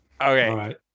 Okay